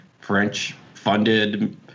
French-funded